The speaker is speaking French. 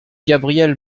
gabrielle